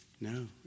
No